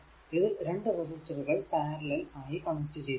ഇതിൽ 2 റെസിസ്റ്ററുകൾ പാരലൽ ആയി കണക്ട് ചെയ്തിരിക്കുന്നു